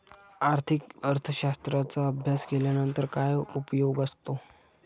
आर्थिक अर्थशास्त्राचा अभ्यास केल्यानंतर काय उपयोग असतो?